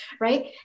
right